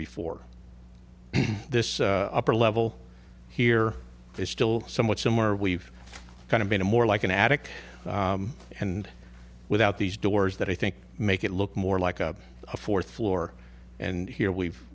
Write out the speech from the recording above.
before this upper level here is still somewhat similar we've kind of been a more like an attic and without these doors that i think make it look more like a fourth floor and here we've